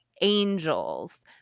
angels